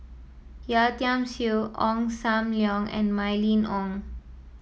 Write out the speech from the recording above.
Yeo Tiam Siew Ong Sam Leong and Mylene Ong